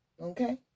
Okay